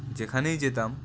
যেখানেই যেতাম